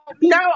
No